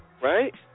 right